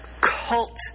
cult